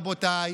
רבותיי,